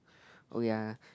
oh ya